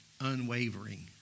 unwavering